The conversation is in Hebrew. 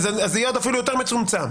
זה יהיה אפילו יותר מצומצם.